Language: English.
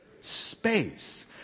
Space